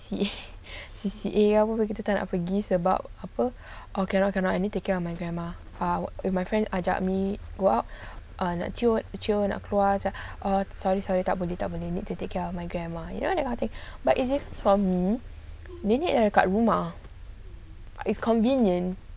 C_C_A ke apa kita tak nak pergi sebab apa oh cannot cannot I need to take care of my grandma if my friend ajak me go out nak keluar oh sorry sorry tak boleh tak boleh need to take care of my grandma you know like is it for me nenek dah kat rumah it convenient